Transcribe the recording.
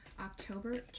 October